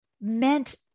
meant